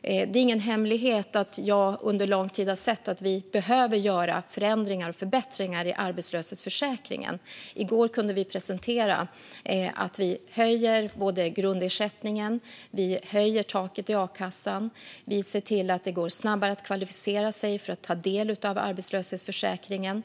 Det är ingen hemlighet att jag under lång tid har sett att vi behöver göra förändringar och förbättringar i arbetslöshetsförsäkringen. I går kunde vi presentera att vi höjer både grundersättningen och taket i a-kassan och ser till att det går snabbare att kvalificera sig för att ta del av arbetslöshetsförsäkringen.